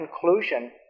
conclusion